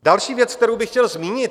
Další věc, kterou bych chtěl zmínit.